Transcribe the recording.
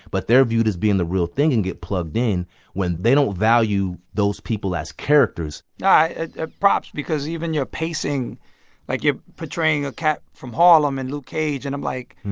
but they're viewed as being the real thing and get plugged in when they don't value those people as characters yeah props because even your pacing like, you're portraying a cat from harlem in luke cage. and i'm like,